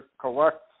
collect